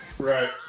right